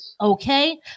Okay